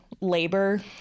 labor